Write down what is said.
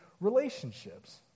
relationships